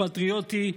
הוא פטריוטי,